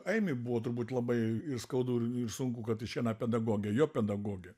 eimiui buvo turbūt labai ir skaudu ir sunku kad išeina pedagogė jo pedagogė